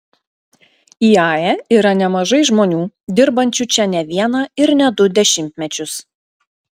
iae yra nemažai žmonių dirbančių čia ne vieną ir ne du dešimtmečius